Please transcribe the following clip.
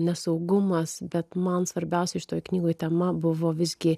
nesaugumas bet man svarbiausia šitoj knygoj tema buvo visgi